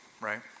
right